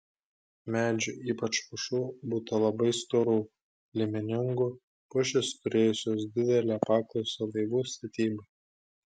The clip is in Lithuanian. medžių ypač pušų būta labai storų liemeningų pušys turėjusios didelę paklausą laivų statybai